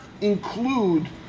include